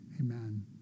Amen